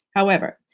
however,